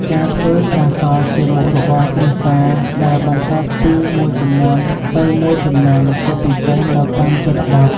ការធ្វើស្រាសជាមុខរបរគ្រួសារដែលបន្សល់ពីមួយជំនាន់ទៅមួយជំនាន់ ជាពិសេសនៅតាមជនបទ។